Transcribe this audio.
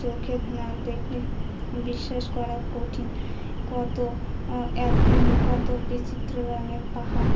চোখের না দেখলে বিশ্বাস করা কঠিন কত আ কত বিচিত্র রঙের পাহাড়